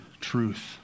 truth